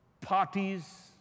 parties